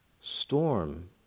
Storm